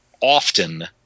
often